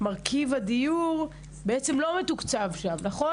מרכיב הדיור לא מתוקצב נכון?